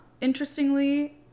Interestingly